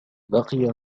بقي